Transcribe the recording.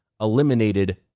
eliminated